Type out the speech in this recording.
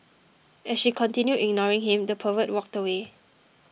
as she continued ignoring him the pervert walked away